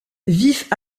vif